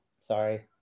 sorry